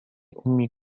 أمي